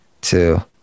two